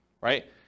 right